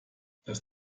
das